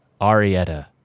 arietta